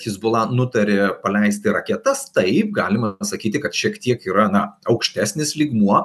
hezbollah nutarė paleisti raketas taip galima pasakyti kad šiek tiek yra na aukštesnis lygmuo